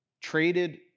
traded